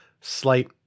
slight